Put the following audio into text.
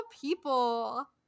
People